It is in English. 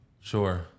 Sure